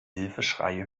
hilfeschreie